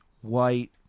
white